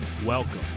Welcome